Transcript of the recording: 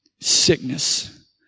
sickness